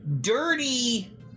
dirty